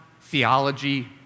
theology